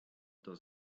does